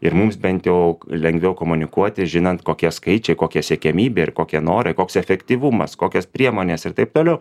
ir mums bent jau lengviau komunikuoti žinant kokie skaičiai kokia siekiamybė ir kokie norai koks efektyvumas kokios priemonės ir taip toliau